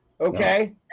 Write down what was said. Okay